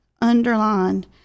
underlined